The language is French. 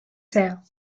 serbes